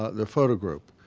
ah the photo group.